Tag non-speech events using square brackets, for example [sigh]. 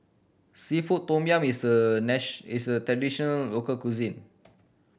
seafood tom yum is a [unintelligible] is a traditional local cuisine